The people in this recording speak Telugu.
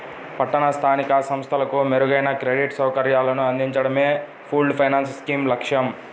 పట్టణ స్థానిక సంస్థలకు మెరుగైన క్రెడిట్ సౌకర్యాలను అందించడమే పూల్డ్ ఫైనాన్స్ స్కీమ్ లక్ష్యం